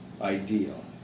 ideal